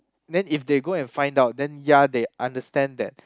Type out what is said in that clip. then if they go and find out then ya they understand that